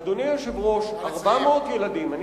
אדוני היושב-ראש, 400 ילדים, תסיים.